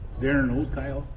darren old coyote.